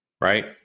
Right